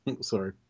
Sorry